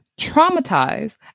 traumatized